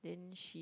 then